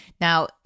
Now